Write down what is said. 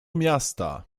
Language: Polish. miasta